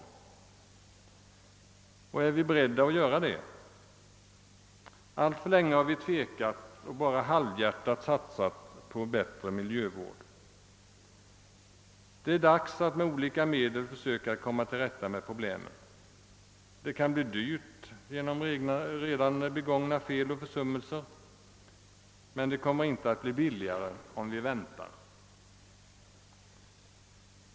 Och är vi beredda att göra det? Alltför länge har vi tvekat och bara halvhjärtat satsat på bättre miljövård. Det är dags att med olika medel söka komma till rätta med problemen. Det kan bli dyrt på grund av redan begångna fel och försummelser, men det kommer inte att bli billigare om vi väntar.